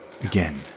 again